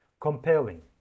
Compelling